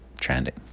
trending